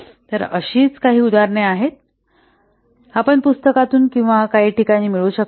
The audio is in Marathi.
तर अशीच काही उदाहरणे आहेत आपण पुस्तकातून किंवा काही ठिकाणी मिळू शकता